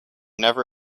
never